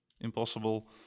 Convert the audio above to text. impossible